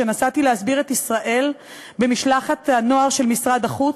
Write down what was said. כשנסעתי להסביר את ישראל במשלחת הנוער של משרד החוץ,